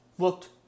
Looked